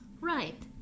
Right